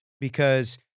because-